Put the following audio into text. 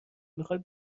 میخوای